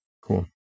Cool